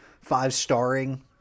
five-starring